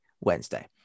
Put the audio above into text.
Wednesday